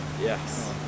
Yes